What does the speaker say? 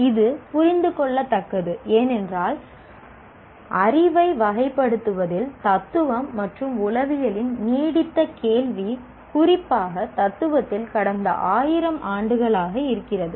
இது புரிந்துகொள்ளத்தக்கது ஏனென்றால் அறிவை வகைப்படுத்துவதில் தத்துவம் மற்றும் உளவியலின் நீடித்த கேள்வி குறிப்பாக தத்துவத்தில் கடந்த 1000 ஆண்டுகளாக இருக்கிறது